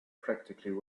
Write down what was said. practically